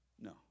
No